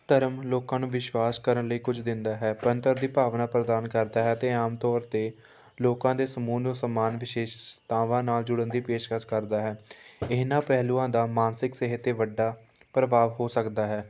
ਧਰਮ ਲੋਕਾਂ ਨੂੰ ਵਿਸ਼ਵਾਸ ਕਰਨ ਲਈ ਕੁਝ ਦਿੰਦਾ ਹੈ ਦੀ ਭਾਵਨਾ ਪ੍ਰਦਾਨ ਕਰਦਾ ਹੈ ਅਤੇ ਆਮ ਤੌਰ 'ਤੇ ਲੋਕਾਂ ਦੇ ਸਮੂਹ ਨੂੰ ਸਮਾਨ ਵਿਸ਼ੇਸ਼ਤਾਵਾਂ ਨਾਲ ਜੁੜਨ ਦੀ ਪੇਸ਼ਕਸ਼ ਕਰਦਾ ਹੈ ਇਹਨਾਂ ਪਹਿਲੂਆਂ ਦਾ ਮਾਨਸਿਕ ਸਿਹਤ 'ਤੇ ਵੱਡਾ ਪ੍ਰਭਾਵ ਹੋ ਸਕਦਾ ਹੈ